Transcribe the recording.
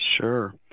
Sure